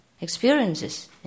experiences